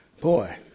boy